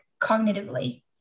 cognitively